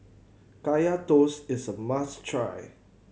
Kaya Toast is a must try